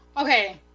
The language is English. Okay